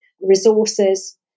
Resources